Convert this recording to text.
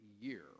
year